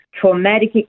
traumatic